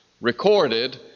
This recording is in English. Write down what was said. recorded